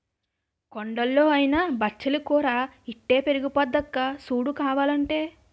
కొండల్లో అయినా బచ్చలి కూర ఇట్టే పెరిగిపోద్దక్కా సూడు కావాలంటే